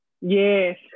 Yes